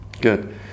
Good